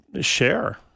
share